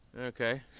Okay